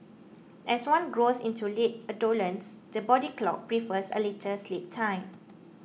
as one grows into late adolescence the body clock prefers a later sleep time